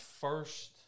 first